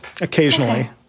occasionally